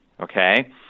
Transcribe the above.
Okay